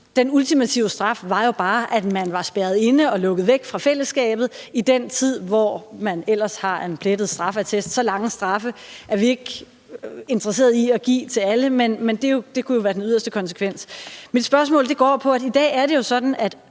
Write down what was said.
den ultimative straf var, at man var spærret inde og lukket væk fra fællesskabet i den tid, hvor man ellers har en plettet straffeattest. Så lange straffe er vi ikke interesseret i at give til alle, men det kunne jo være den yderste konsekvens. Mit spørgsmål går på, at det jo i dag er sådan, at